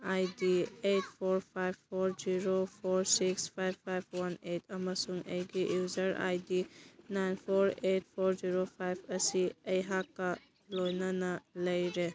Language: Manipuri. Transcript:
ꯑꯥꯏ D eight four five four zero four six five five one eight ꯑꯃꯁꯨꯡ ꯑꯩꯒꯤ user I D nine four eight four zero five ꯑꯁꯤ ꯑꯩꯍꯥꯛꯀ ꯂꯣꯏꯅꯅ ꯂꯩꯔꯦ